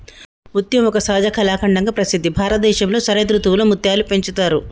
ముత్యం ఒక సహజ కళాఖండంగా ప్రసిద్ధి భారతదేశంలో శరదృతువులో ముత్యాలు పెంచుతారు